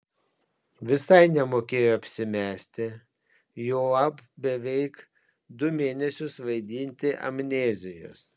visai nemokėjo apsimesti juolab beveik du mėnesius vaidinti amnezijos